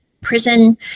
prison